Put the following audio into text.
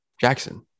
Jackson